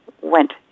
went